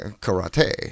Karate